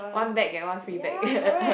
one bag get one free bag